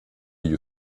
you